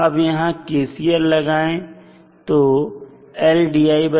अब यहां KCL लगाएं तो मिलेगा